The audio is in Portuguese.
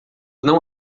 não